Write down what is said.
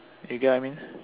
you get what I mean